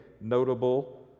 Notable